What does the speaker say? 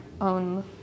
own